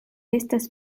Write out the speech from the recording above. estas